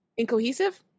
incohesive